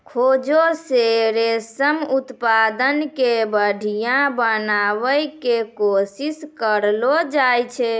खोजो से रेशम उत्पादन के बढ़िया बनाबै के कोशिश करलो जाय छै